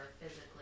physically